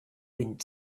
wind